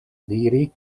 diri